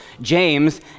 James